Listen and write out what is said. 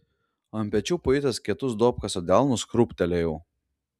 ant pečių pajutęs kietus duobkasio delnus krūptelėjau